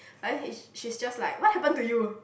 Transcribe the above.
but then he's she's just like what happen to you